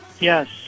Yes